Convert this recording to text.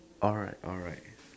alright alright